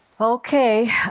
Okay